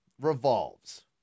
revolves